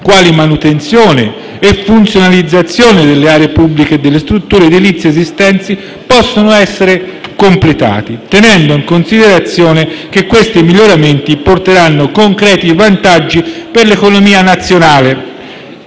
quali manutenzione e funzionalizzazione delle aree pubbliche e delle strutture edilizie esistenti, possano essere completati, tenendo in considerazione che questi miglioramenti porteranno concreti vantaggi per l'economia nazionale.